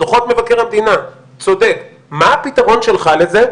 דוחות מבקר המדינה, צודק, מה הפתרון שלך לזה?